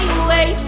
away